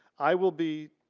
i will be